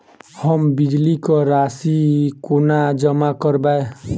हम बिजली कऽ राशि कोना जमा करबै?